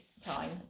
time